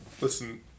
Listen